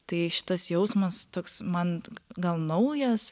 tai šitas jausmas toks man gal naujas